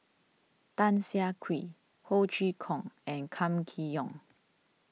Tan Siah Kwee Ho Chee Kong and Kam Kee Yong